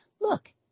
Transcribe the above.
look